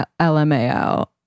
LMAO